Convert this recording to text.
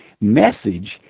message